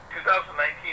2019